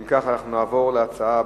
אם כך, אנחנו נעבור להצעה הבאה: